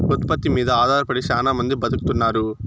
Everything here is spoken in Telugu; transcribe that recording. ఉత్పత్తి మీద ఆధారపడి శ్యానా మంది బతుకుతున్నారు